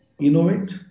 innovate